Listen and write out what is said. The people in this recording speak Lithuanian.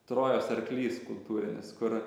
trojos arklys kultūrinis kur